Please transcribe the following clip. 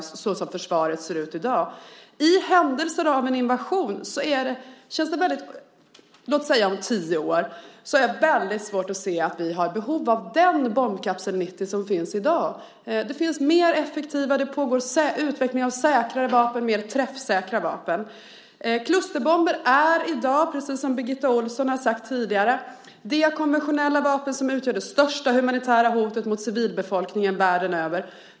Såsom försvaret ser ut i dag har jag svårt att se att den behövs. Jag har svårt att se att vi om låt oss säga tio år har behov av den bombkapsel 90 som finns i dag. Det finns sådana som är mer effektiva. Det pågår utveckling av säkrare och mer träffsäkra vapen. Klusterbomber är i dag, som Birgitta Ohlsson sade tidigare, de konventionella vapen som utgör det största humanitära hotet mot civilbefolkningen världen över.